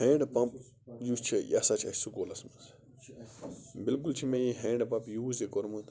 hand pump یُس چھُ یہِ ہَسا چھُ اَسہِ سکوٗلَس منٛز بالکُل چھُ مےٚ یہِ ہینٛڈ پَمپ یوٗز تہِ کوٚرمُت